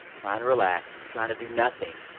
trying to relax, trying to do nothing,